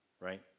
right